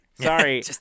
Sorry